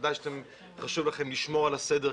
ודאי שחשוב לכם לשמור על הסדר,